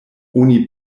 oni